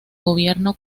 gobierno